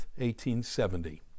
1870